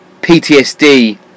PTSD